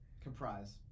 Comprise